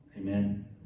amen